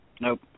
nope